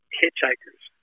hitchhikers